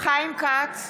חיים כץ,